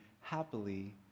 happily